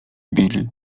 billy